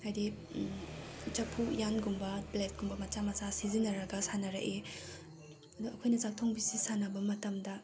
ꯍꯥꯏꯕꯗꯤ ꯆꯐꯨ ꯎꯌꯥꯟꯒꯨꯝꯕ ꯄ꯭ꯂꯦꯠꯀꯨꯝꯕ ꯃꯆꯥ ꯃꯆꯥ ꯁꯤꯖꯤꯟꯅꯔꯒ ꯁꯥꯟꯅꯔꯛꯏ ꯑꯗꯣ ꯑꯩꯈꯣꯏꯅ ꯆꯥꯛꯊꯣꯡꯕꯤꯁꯤ ꯁꯥꯟꯅꯕ ꯃꯇꯝꯗ